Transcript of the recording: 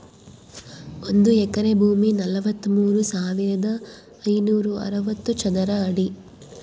ಒಂದು ಎಕರೆ ಭೂಮಿ ನಲವತ್ಮೂರು ಸಾವಿರದ ಐನೂರ ಅರವತ್ತು ಚದರ ಅಡಿ